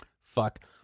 Fuck